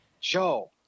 Joe